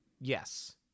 Yes